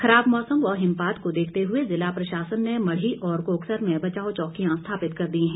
खराब मौसम व हिमपात को देखते हुए ज़िला प्रशासन ने मढ़ी और कोकसर में बचाव चौकिया स्थापित कर दी है